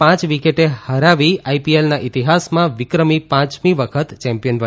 પાંચ વિકેટે હરાવી આઇપીએલના ઇતિહાસમાં વિક્રમી પાંચમી વખત ચેમ્પિયન બન્યું